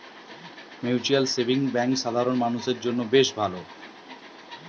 mutual savings bank সাধারণ মানুষদের জন্য বেশ ভালো